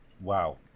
Wow